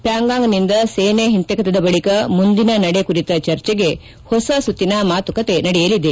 ಪ್ಟಾಂಗಾಂಗ್ನಿಂದ ಸೇನೆ ಹಿಂತೆಗೆತದ ಬಳಿಕ ಮುಂದಿನ ನಡೆ ಕುರಿತ ಚರ್ಚೆಗೆ ಹೊಸ ಸುತ್ತಿನ ಮಾತುಕತೆ ನಡೆಯಲಿದೆ